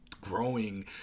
growing